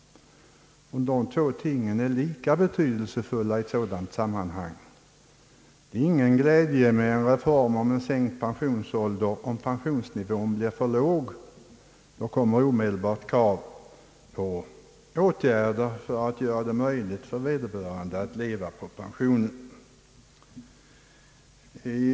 Båda dessa ting är betydelsefulla i ett sådant här sammanhang. Det är ingen glädje med sänkt pensionsålder, om pensionsnivån blir för låg. Då kommer omedelbart krav på åtgärder för att göra det möjligt för vederbörande att leva på pensionen.